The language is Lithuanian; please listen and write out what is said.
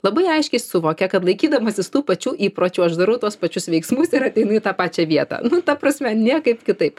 labai aiškiai suvokia kad laikydamasis tų pačių įpročių aš darau tuos pačius veiksmus ir ateinu į tą pačią vietą nu ta prasme niekaip kitaip